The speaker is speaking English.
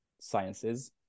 sciences